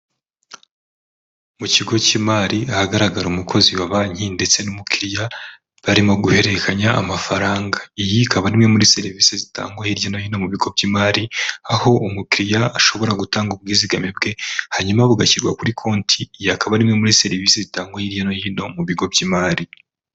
Mu kigo cy'imari ahagaragara umukozi wa banki ndetse n'umukiliriya barimo guhererekanya amafaranga, iyi ikaba imwe muri serivisi zitangwa hirya no hino mu bigo by'imari aho umukiriya ashobora gutanga ubwizigame bwe hanyuma bugashyirwa kuri konti yakaba ari imwe muri serivisi itangwa hirya no hino mu bigo by'imari.